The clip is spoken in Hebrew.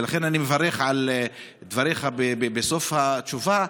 ולכן אני מברך על דבריך בסוף התשובה,